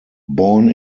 born